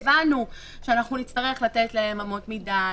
הבנו שאנחנו נצטרך לתת להם אמות מידה,